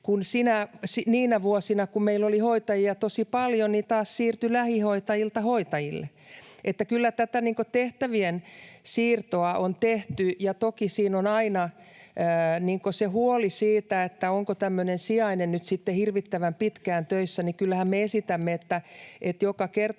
niinä vuosina, kun meillä oli hoitajia tosi paljon, tehtäviä taas siirtyi lähihoitajilta hoitajille. Eli kyllä tätä tehtävien siirtoa on tehty. Toki siinä on aina huoli siitä, onko tämmöinen sijainen nyt sitten hirvittävän pitkään töissä. Kyllähän me esitämme, että joka kerta